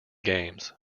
games